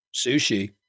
sushi